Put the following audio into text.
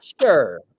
sure